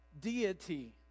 deity